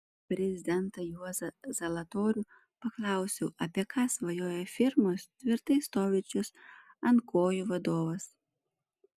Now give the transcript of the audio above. prezidentą juozą zalatorių paklausiau apie ką svajoja firmos tvirtai stovinčios ant kojų vadovas